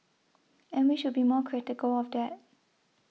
and we should be more critical of that